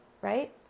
Right